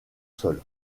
sol